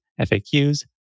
FAQs